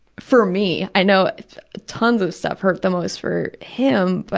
for me i know tons of stuff hurt the most for him, but